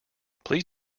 please